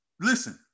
listen